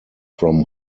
from